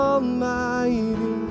Almighty